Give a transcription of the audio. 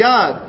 God